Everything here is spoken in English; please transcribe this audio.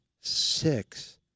Six